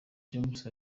james